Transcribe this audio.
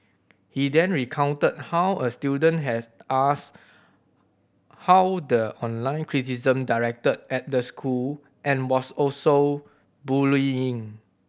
he then recounted how a student had asked how the online criticism directed at the school and was also bullying